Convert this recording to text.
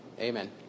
Amen